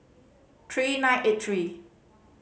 three nine eight three